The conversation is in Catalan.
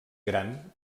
gran